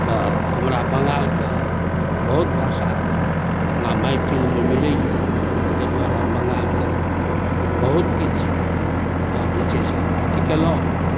तऽ हमरा बंगालके बहुत भाषा अपना मैथिलमे मिलैए तऽ ताहि दुआरे हम बंगालके बहुत किछु ओतय जे छै से हम अथि कएलहुँ